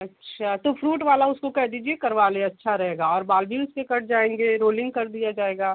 अच्छा तो फ्रूट वाला उसको कह दीजिए करवा ले अच्छा रहेगा और बाल भी उसके कट जाएँगे रोलिंग कर दिया जाएगा